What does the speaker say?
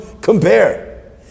compare